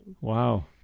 Wow